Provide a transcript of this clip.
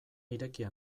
irekia